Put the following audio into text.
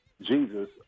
Jesus